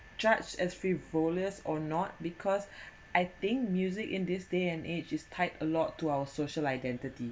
judged as frivolous or not because I think music in this day and age is type a lot to our social identity